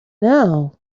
now